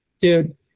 dude